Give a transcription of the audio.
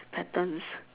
patterns